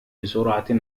بسرعة